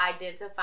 identify